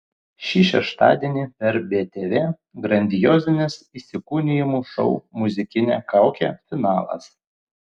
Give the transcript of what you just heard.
šį šeštadienį per btv grandiozinis įsikūnijimų šou muzikinė kaukė finalas